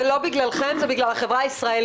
זה לא "בגללכם" אלא בגלל החברה הישראלית,